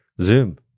Zoom